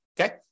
okay